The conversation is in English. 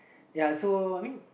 ya so I mean